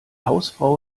hausfrau